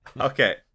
Okay